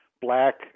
black